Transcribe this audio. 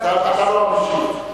לא המשיב.